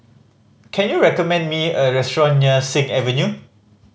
can you recommend me a restaurant near Sing Avenue